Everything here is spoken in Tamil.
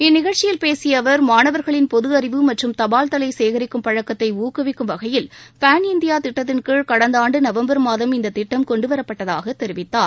இந்நிகழ்ச்சியில் பேசிய அவர் மானவர்களின் பொது அறிவு மற்றும் தபால் தலை சேகரிக்கும் பழக்கத்தை ஊக்குவிக்கும் வகையில் பான் இண்டியா திட்டத்தின்கீழ்கடந்த ஆண்டு நவம்பர் மாதம் இந்த திட்டம் கொண்டுவரப்பட்டதாக தெரிவித்தார்